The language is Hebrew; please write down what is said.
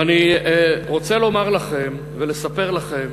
ואני רוצה לומר לכם ולספר לכם